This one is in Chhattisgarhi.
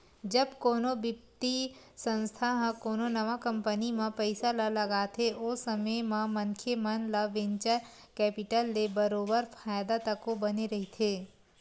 जब कोनो बित्तीय संस्था ह कोनो नवा कंपनी म पइसा ल लगाथे ओ समे म मनखे मन ल वेंचर कैपिटल ले बरोबर फायदा तको बने रहिथे